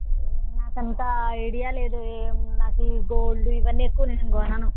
నాకు అంతా ఐడియా లేదు ఏమి నాకు ఈ గోల్డ్ ఇవన్నీ ఎక్కువ నేను కొనను